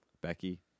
Becky